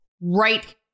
right